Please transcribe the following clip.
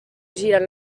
girant